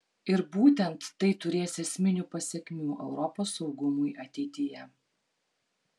ir būtent tai turės esminių pasekmių europos saugumui ateityje